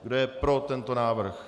Kdo je pro tento návrh?